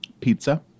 Pizza